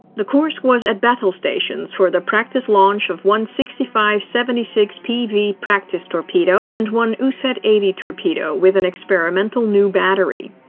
the kursk was at battle stations for the practice launch of one sixty five seventy six pv practice practice torpedo and one uset eighty torpedo with an experimental new battery.